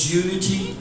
unity